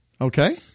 Okay